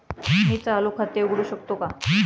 मी चालू खाते उघडू शकतो का?